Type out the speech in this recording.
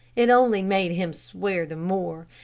it only made him swear the more.